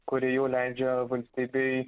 kuri jau leidžia valstybei